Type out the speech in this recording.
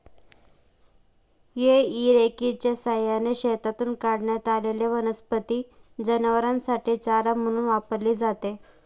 हेई रेकच्या सहाय्याने शेतातून काढण्यात आलेली वनस्पती जनावरांसाठी चारा म्हणून वापरली जाते